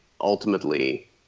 ultimately